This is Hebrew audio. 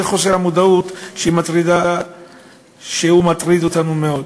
זה חוסר המודעות שמטריד אותנו מאוד.